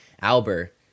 Albert